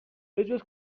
بهجز